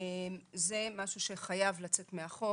זה משהו שחייב לצאת מהחוק.